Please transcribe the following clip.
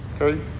Okay